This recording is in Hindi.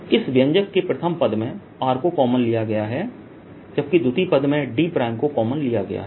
इस व्यंजक के प्रथम पद में r को कॉमन लिया गया है जबकि द्वितीय पद में d प्राइम को कॉमन लिया गया है